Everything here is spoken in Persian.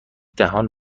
دهان